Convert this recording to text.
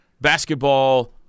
Basketball